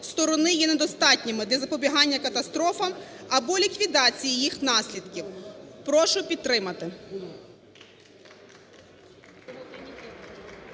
сторони є недостатніми для запобігання катастрофам або ліквідації їх наслідків. Прошу підтримати.